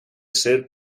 ser